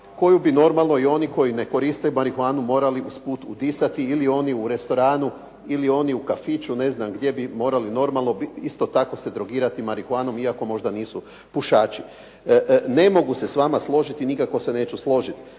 koju bi normalno koji ne koriste marihuanu morali usput udisati ili oni u restoranu ili oni u kafiću, ne znam gdje, bi morali normalno isto tako se drogirati marihuanom iako možda nisu pušači. Ne mogu se s vama složiti, nikako se neću složiti.